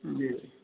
जी